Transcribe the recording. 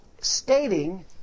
stating